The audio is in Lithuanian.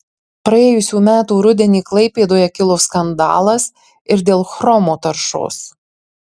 praėjusių metų rudenį klaipėdoje kilo skandalas ir dėl chromo taršos